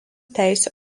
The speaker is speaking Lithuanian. teisių